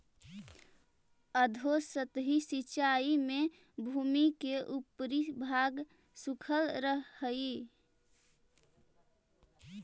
अधोसतही सिंचाई में भूमि के ऊपरी भाग सूखल रहऽ हइ